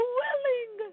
willing